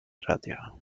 radio